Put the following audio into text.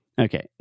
Okay